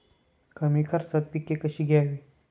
कमी खर्चात पिके कशी घ्यावी?